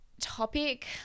topic